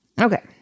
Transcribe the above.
Okay